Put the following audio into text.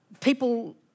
people